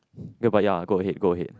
ya but ya go ahead go ahead